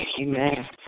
Amen